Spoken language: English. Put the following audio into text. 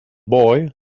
boy